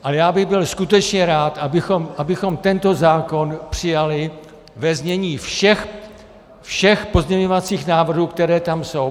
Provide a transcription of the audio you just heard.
Ale já bych byl skutečně rád, abychom tento zákon přijali ve znění všech, všech pozměňovacích návrhů, které tam jsou.